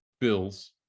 bills